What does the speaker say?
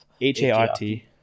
H-A-R-T